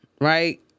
right